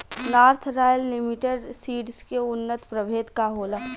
North royal limited seeds के उन्नत प्रभेद का होला?